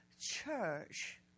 church